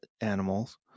animals